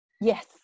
yes